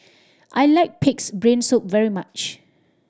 I like Pig's Brain Soup very much